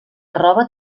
roba